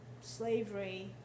slavery